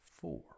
four